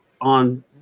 on